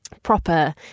proper